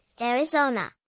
Arizona